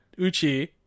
Uchi